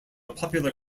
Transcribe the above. popular